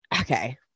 okay